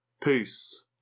Peace